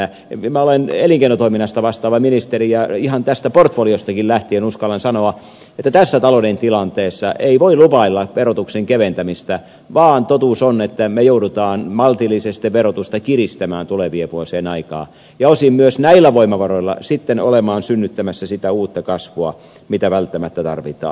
minä olen elinkeinotoiminnasta vastaava ministeri ja ihan tästä portfoliostakin lähtien uskallan sanoa että tässä talouden tilanteessa ei voi lupailla verotuksen keventämistä vaan totuus on että me joudumme maltillisesti verotusta kiristämään tulevien vuosien aikaan ja osin myös näillä voimavaroilla sitten olemaan synnyttämässä sitä uutta kasvua mitä välttämättä tarvitaan